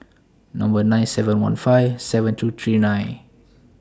Number nine seven one five seven two three nine